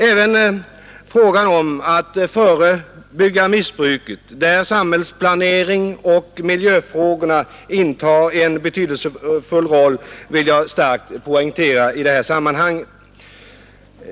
Även frågan om att förebygga missbruket — där samällsplaneringen och miljöfrågorna spelar en betydelsefull roll — vill jag starkt framhålla i detta sammanhang.